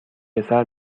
پسر